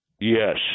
yes